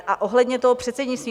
A ohledně toho předsednictví.